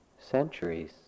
centuries